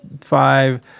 five